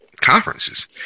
conferences